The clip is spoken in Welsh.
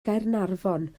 gaernarfon